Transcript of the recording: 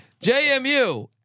JMU